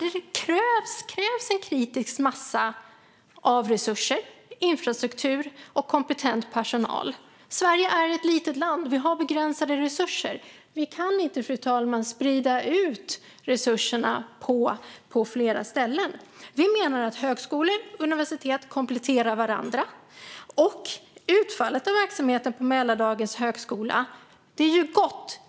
Det krävs en kritisk massa av resurser, infrastruktur och kompetent personal. Sverige är ett litet land. Vi har begränsade resurser. Vi kan inte sprida ut resurserna på flera ställen, fru talman. Vi menar att högskolor och universitet kompletterar varandra, och utfallet av verksamheten på Mälardalens högskola är gott.